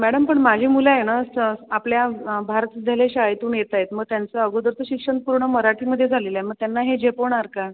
madam पण माझी मुलं आहे ना आपल्या भारत विद्यालय शाळेतून येत आहेत मग त्यांचं अगोदरचं शिक्षण पूर्ण मराठीमध्ये झालेलं आहे मग त्यांना हे झेपवणार का